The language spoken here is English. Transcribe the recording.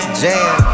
jam